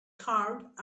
carved